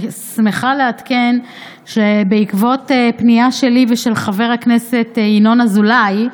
אני שמחה לעדכן שבעקבות פנייה שלי ושל חבר הכנסת ינון אזולאי,